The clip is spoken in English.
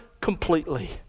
completely